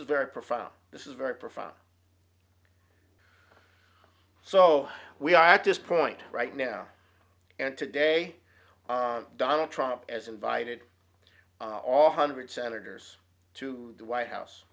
is very profound this is very profound so we are at this point right now and today donald trump as invited all hundred senators to the white house